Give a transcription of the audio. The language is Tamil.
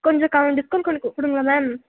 கொஞ்சம் கா டிஸ்கௌண்ட் கொஞ்சம் கு கொடுங்களேன் மேம்